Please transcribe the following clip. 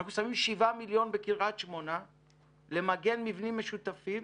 אנחנו שמים 7 מיליון בקריית שמונה למגן מבנים משותפים